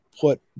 put